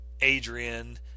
Adrian